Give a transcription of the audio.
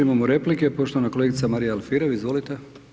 Imamo replike, poštovana kolegica Marija Alfirev, izvolite.